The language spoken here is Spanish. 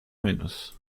menos